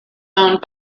owned